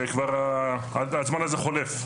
וכבר הזמן הזה חולף.